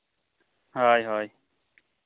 ᱦᱳᱭ ᱦᱳᱭ